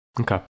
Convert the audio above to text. Okay